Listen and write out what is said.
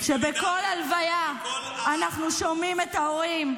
-- שבכל הלוויה אנחנו שומעים את ההורים,